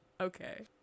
Okay